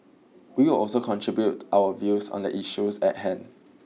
we will also contribute our views on the issues at hand